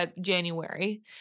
January